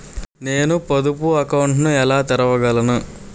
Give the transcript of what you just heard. నేను పొదుపు అకౌంట్ను ఎలా తెరవగలను?